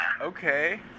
okay